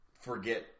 forget